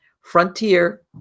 Frontier